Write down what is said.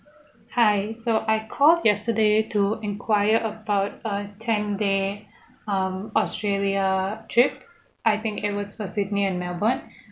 hi so I called yesterday to enquire about a ten day um australia trip I think it was for sydney and melbourne